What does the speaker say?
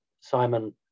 simon